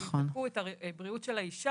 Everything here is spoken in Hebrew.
יבדקו את הבריאות של האישה.